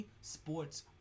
Sports